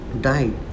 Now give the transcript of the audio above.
died